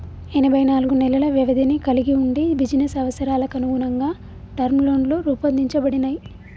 ఎనబై నాలుగు నెలల వ్యవధిని కలిగి వుండి బిజినెస్ అవసరాలకనుగుణంగా టర్మ్ లోన్లు రూపొందించబడినయ్